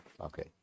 Okay